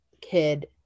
kid